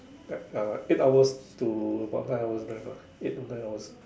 like uh eight hours to about nine hours drive ah eight to nine hours